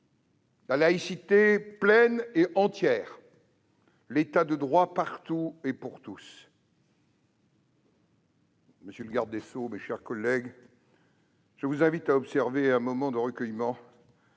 la laïcité pleine et entière, l'État de droit partout et pour tous. Monsieur le garde des sceaux, mes chers collègues, je vous invite à observer un moment de recueillement